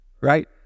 right